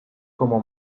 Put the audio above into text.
como